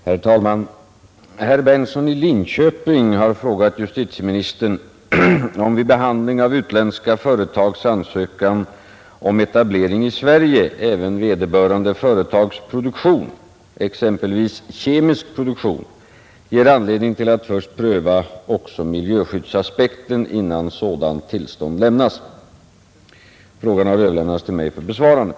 Herr talman! Herr Berndtson i Linköping har frågat justitieministern om vid behandling av utländska företags ansökan om etablering i Sverige även vederbörande företags produktion, exempelvis kemisk produktion, ger anledning till att först pröva också miljöskyddsaspekten innan sådant Nr 46 tillstånd lämnas. Frågan har överlämnats till mig för besvarande.